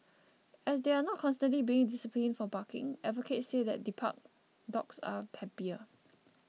as they are not constantly being disciplined for barking advocates say that debarked dogs are happier